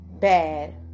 Bad